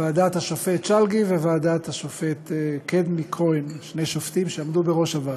ועדת השופט שלגי וועדת השופטים כהן-קדמי שני שופטים שעמדו בראש הוועדה.